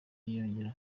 yongera